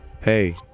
Hey